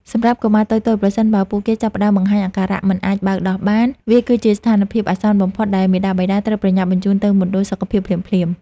សម្រាប់កុមារតូចៗ ប្រសិនបើពួកគេចាប់ផ្តើមបង្ហាញអាការៈមិនអាចបៅដោះបាន វាគឺជាស្ថានភាពអាសន្នបំផុតដែលមាតាបិតាត្រូវតែប្រញាប់បញ្ជូនទៅមណ្ឌលសុខភាពភ្លាមៗ។